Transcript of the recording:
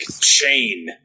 chain